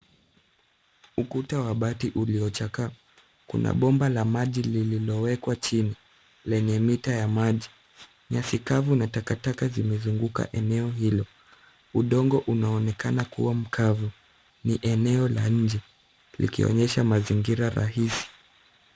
Ukuta wa bati uliochakaa. Kuna bomba la maji lililowekwa chini lenye mita ya maji. Nyasi kavu na takataka zimezunguka eneo hilo. Udongo unaonekana kuwa mkavu. Ni eneo la nje likionyesha mazingira rahisi.